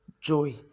joy